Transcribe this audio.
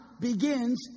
begins